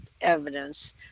evidence